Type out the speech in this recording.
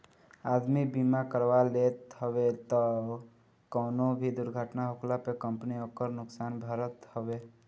आदमी बीमा करवा लेत हवे तअ कवनो भी दुर्घटना होखला पे कंपनी ओकर नुकसान भरत हवे